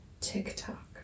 TikTok